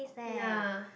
ya